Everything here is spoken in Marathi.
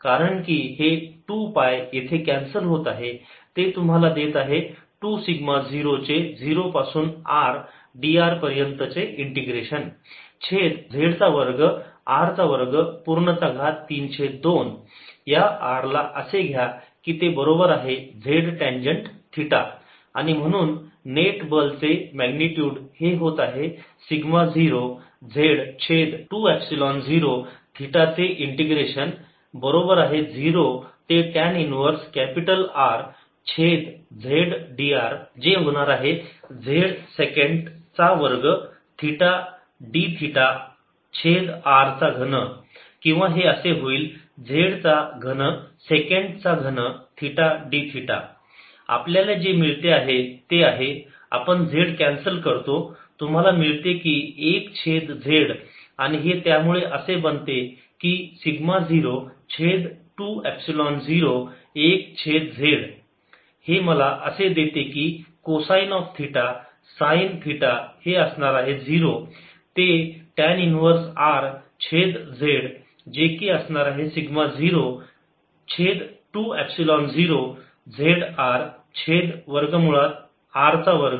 कारण की हे 2 पाय येथे कॅन्सल होत आहे जे तुम्हाला देत आहे 2 सिग्मा 0 चे 0 पासून R dr पर्यंतचे इंटिग्रेशन छेद z चा वर्ग r चा वर्ग पूर्ण चा घात 3 छेद 2 या r ला असे घ्या की ते बरोबर आहे z टॅंजंट थिटा आणि म्हणून नेट बल चे मॅग्निट्युड हे होत आहे सिग्मा 0 z छेद 2 एपसिलोन 0 थिटा चे इंटिग्रेशन बरोबर आहे 0 ते टॅन इन्व्हर्स कॅपिटल R छेद z dr जे होणार आहे z सेकन्ट चा वर्ग थिटा d थिटा छेद r चा घन किंवा हे असे होईल z चा घन सेकन्ट चा घन theta d theta F14π0qz0R2π0drz2r2320z200Rdrz2r232 Let rztan θ F0z200tan 1Rzzsec2θdθz3sec3 आपल्याला जे मिळते ते आहे आपण z कॅन्सल करतो तुम्हाला मिळते की 1 छेद z आणि हे त्यामुळे असे बनते की सिग्मा 0 छेद 2 एपसिलोन 0 1 छेद z हे मला असे देते की cosine of theta sine theta हे असणार आहे 0 ते टॅन इन्व्हर्स R छेद z जे की असणार आहे सिग्मा 0 छेद 2 एपसिलोन 0 z R छेद वर्ग मुळात R चा वर्ग z चा वर्ग